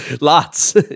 lots